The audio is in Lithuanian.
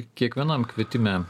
kiekvienam kvietime